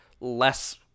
less